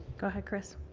go ahead, chris.